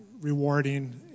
rewarding